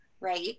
Right